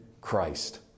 Christ